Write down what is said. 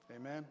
amen